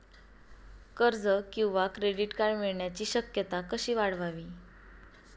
कर्ज किंवा credit card मिळण्याची शक्यता कशी वाढवावी?